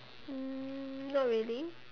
um not really